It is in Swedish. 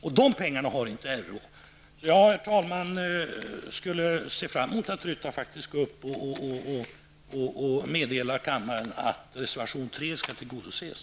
Och dessa pengar har inte riksåklagaren. Herr talman! Jag ser fram emot att Bengt-Ola Ryttar går upp i talarstolen och meddelar kammaren att reservation 3 skall tillgodoses.